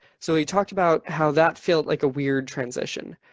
so he talked about how that feels like a weird transition.